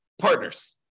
partners